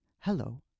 hello